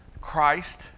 Christ